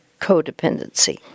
codependency